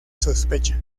sospecha